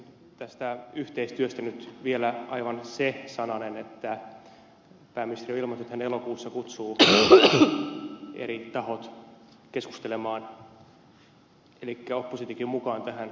tästä yhteistyöstä nyt vielä aivan se sananen että pääministeri jo ilmoitti että hän elokuussa kutsuu eri tahot keskustelemaan elikkä oppositionkin mukaan tähän yhteistyöhön